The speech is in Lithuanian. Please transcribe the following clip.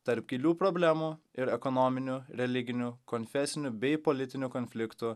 tarp gilių problemų ir ekonominių religinių konfesinių bei politinių konfliktų